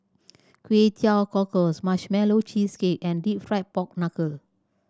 Kway Teow Cockles Marshmallow Cheesecake and Deep Fried Pork Knuckle